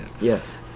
Yes